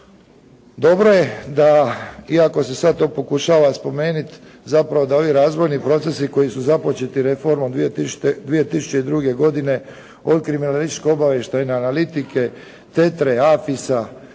Dobro je da, iako se sad to pokušava spomenuti zapravo da ovi razvojni procesi koji su započeti reformom 2000., 2002. godine od kriminalističko-obavještajne analitike, TETRA-e, AFIS-a,